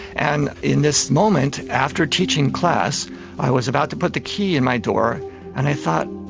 and in this moment after teaching class i was about to put the key in my door and i thought,